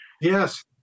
Yes